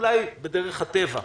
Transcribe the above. אולי בדרך הטבע,